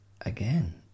Again